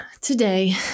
today